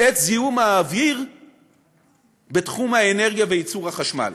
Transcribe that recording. את זיהום האוויר בתחום האנרגיה וייצור החשמל.